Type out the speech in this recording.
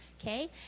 okay